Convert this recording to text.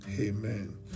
Amen